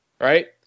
right